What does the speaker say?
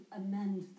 amend